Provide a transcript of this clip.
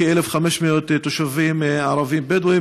כ-1,500 תושבים ערבים-בדואים.